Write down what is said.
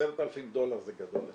10,000 דולר זה גדול אצלנו.